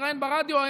מתראיין ברדיו,